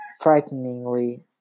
frighteningly